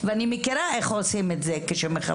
ואני מכירה איך עושים את זה כשמחפשים.